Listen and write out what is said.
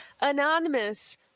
anonymous